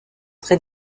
très